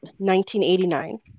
1989